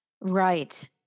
Right